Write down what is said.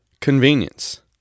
Convenience